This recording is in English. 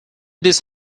this